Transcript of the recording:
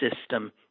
system